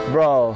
Bro